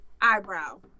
eyebrow